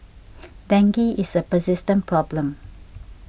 dengue is a persistent problem